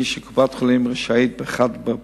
שדרש להוציא את המינים הפולשניים מהרשימה ואף סירב